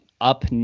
up